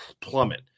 plummet